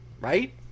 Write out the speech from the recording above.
right